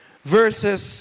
Verses